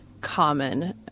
common